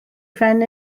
phen